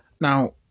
Now